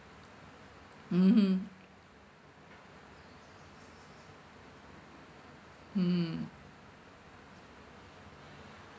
mmhmm hmm